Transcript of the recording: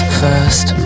first